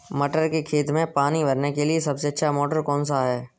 मटर के खेत में पानी भरने के लिए सबसे अच्छा मोटर कौन सा है?